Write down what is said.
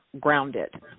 grounded